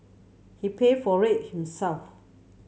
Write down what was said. he paid for it himself